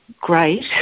great